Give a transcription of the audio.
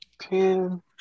Ten